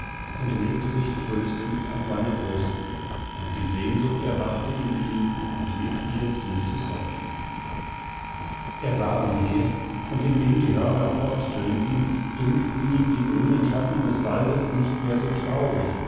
und legte sich tröstend an seine brust und die sehnsucht erwachte in ihm und mit ihr süßes hoffen er sah umher und indem die hörner forttönten dankten ihm die grünen schatten des waldes nicht mehr so traurig